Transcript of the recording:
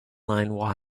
line